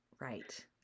Right